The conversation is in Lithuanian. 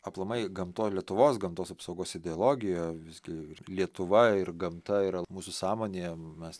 aplamai gamtoj lietuvos gamtos apsaugos ideologija visgi ir lietuva ir gamta yra mūsų sąmonėje mes